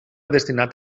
destinat